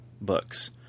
books